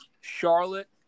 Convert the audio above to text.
Charlotte